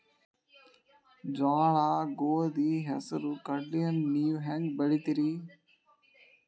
ಜೋಳ, ಗೋಧಿ, ಹೆಸರು, ಕಡ್ಲಿಯನ್ನ ನೇವು ಹೆಂಗ್ ಬೆಳಿತಿರಿ?